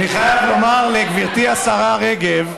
אני חייב לומר לגברתי השרה רגב,